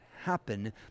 happen